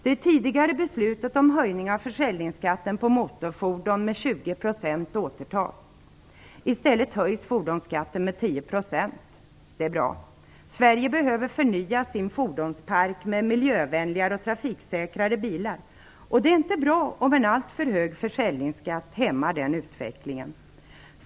Det tidigare beslutet om höjning av försäljningsskatten på motorfordon med 20 % återtas. I stället höjs fordonsskatten med 10 %. Det är bra. Sverige behöver förnya sin fordonspark med miljövänligare och trafiksäkrare bilar, och det är inte bra om en alltför hög försäljningsskatt hämmar den utvecklingen.